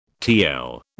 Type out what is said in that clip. TL